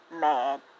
mad